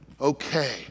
okay